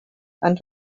and